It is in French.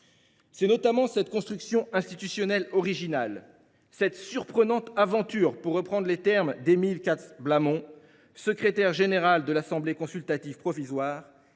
C’est notamment cette construction institutionnelle originale, cette « surprenante aventure », pour reprendre les termes d’Émile Katz Blamont, secrétaire général de l’Assemblée consultative provisoire,